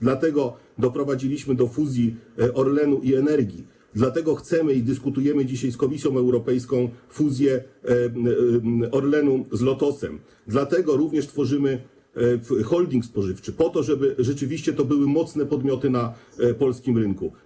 Dlatego doprowadziliśmy do fuzji Orlenu i Energi, dlatego chcemy i dyskutujemy dzisiaj z Komisją Europejską na temat fuzji Orlenu z Lotosem, dlatego również tworzymy holding spożywczy, po to żeby rzeczywiście to były mocne podmioty na polskim rynku.